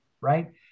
right